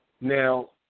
Now